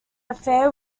affair